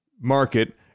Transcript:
market